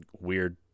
weird